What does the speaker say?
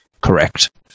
Correct